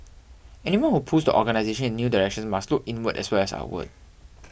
anyone who pulls the organisation in new directions must look inward as well as outward